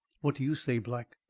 what do you say, black?